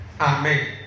Amen